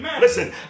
Listen